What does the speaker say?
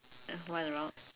just run around